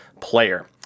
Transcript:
player